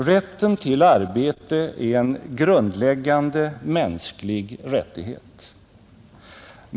Rätten till arbete är en grundläggande mänsklig rättighet.